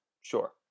Sure